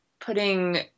putting